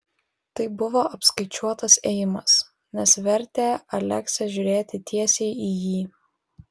tai buvo apskaičiuotas ėjimas nes vertė aleksę žiūrėti tiesiai į jį